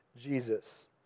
Jesus